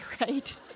right